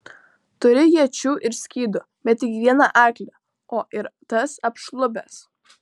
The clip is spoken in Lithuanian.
turi iečių ir skydų bet tik vieną arklį o ir tas apšlubęs